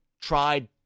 tried